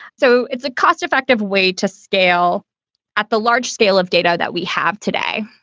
so it's a cost effective way to scale at the large-scale of data that we have today.